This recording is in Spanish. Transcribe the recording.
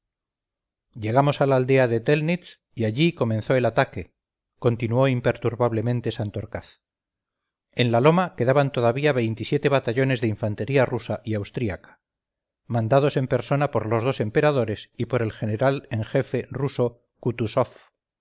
llegamos a la aldea de telnitz y allí comenzó el ataque continuó imperturbablemente santorcaz en la loma quedaban todavía veintisiete batallones de infantería rusa y austriaca mandados en persona por los dos emperadores y por el general en jefe ruso